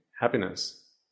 happiness